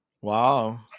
Wow